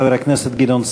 חבר הכנסת גדעון סער,